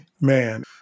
Man